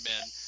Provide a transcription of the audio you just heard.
men